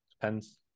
Depends